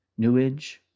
Newage